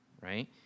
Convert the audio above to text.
right